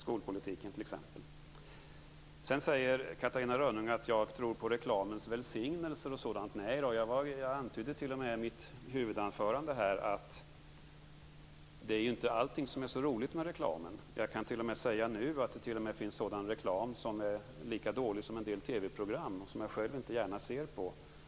Det gäller t.ex. skolpolitiken. Catarina Rönnung säger också att jag tror på reklamens välsignelser. Nej då, jag antydde t.o.m. i mitt huvudanförande att det inte är allting som är så roligt med reklamen. Jag kan t.o.m. säga att det finns reklam som är lika dålig som en del TV-program som jag själv inte gärna ser på.